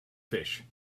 fish